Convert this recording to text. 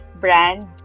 brand